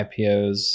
IPOs